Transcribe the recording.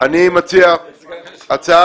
אני מציע הצעה.